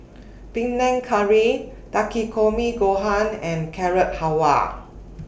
Panang Curry Takikomi Gohan and Carrot Halwa